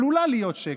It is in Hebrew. עלולה להיות שקר,